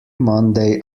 monday